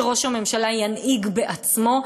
הגיע הזמן שראש הממשלה ינהיג בעצמו.